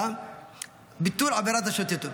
ביטול עבירת השוטטות.